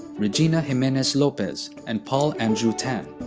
regina jimenez-lopez and paul andrew tan.